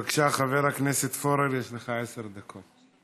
בבקשה, חבר הכנסת פורר, יש לך עשר דקות.